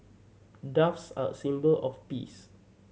doves are a symbol of peace